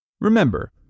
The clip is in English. Remember